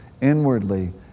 inwardly